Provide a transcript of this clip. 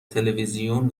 تلویزیون